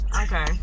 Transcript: Okay